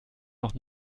noch